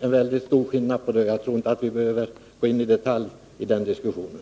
själva verket en mycket stor skillnad på dessa zoner, och jag tror inte att vi nu i detalj behöver gå in i den diskussionen.